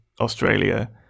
Australia